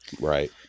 Right